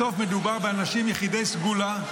בסוף מדובר באנשים יחידי סגולה,